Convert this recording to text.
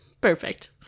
Perfect